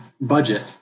budget